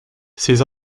ses